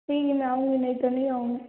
ठीक है मैं आऊँगी गी नहीं तो नहीं आऊँगी